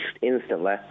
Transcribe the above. instantly